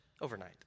overnight